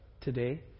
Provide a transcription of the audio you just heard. today